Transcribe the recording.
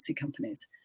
companies